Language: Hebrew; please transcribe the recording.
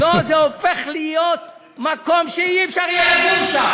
זה הופך להיות מקום שאי-אפשר יהיה לגור שם.